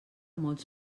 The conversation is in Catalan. molts